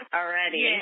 already